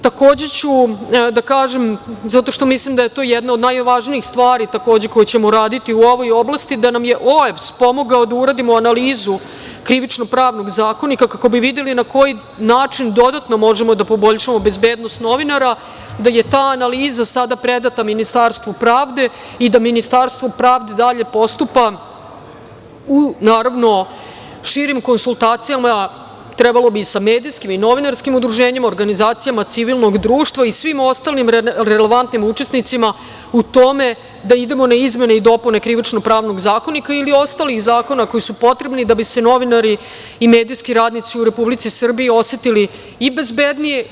Takođe ću da kažem, zato što mislim da je to jedna od najvažnijih stvari koju ćemo uraditi u ovoj oblasti, da nam je OEBS pomogao da uradimo analizu krivično-pravnog zakonika kako bi videli na koji način dodatno možemo da poboljšamo bezbednost novinara, da je ta analiza sada predata Ministarstvu pravde i da Ministarstvo pravde dalje postupa u naravno širim konsultacijama, trebalo bi i sa medijskim i novinarskim udruženjima, organizacijama civilnog društva i svim ostalim relevantnim učesnicima u tome da idemo na izmene i dopuna Krivično pravnog zakonika ili ostalih zakona koji su potrebni da bi se novinari i medijski radnici u Republici Srbiji osetili i bezbednije.